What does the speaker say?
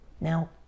Now